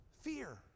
fear